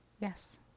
Yes